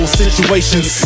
situations